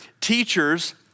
teachers